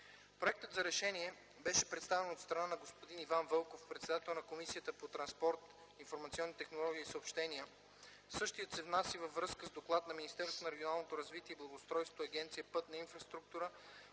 Проектът за решение беше представен от страна на господин Иван Вълков – председател на Комисията по транспорт, информационни технологии и съобщения. Проектът за решение се внася във връзка с доклад на Министерство на регионалното развитие и благоустройството – Агенция „Пътна инфраструктура”,